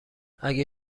اگر